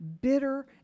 bitter